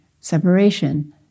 separation